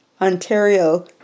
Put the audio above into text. Ontario